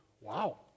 Wow